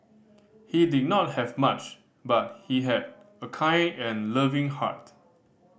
he did not have much but he had a kind and loving heart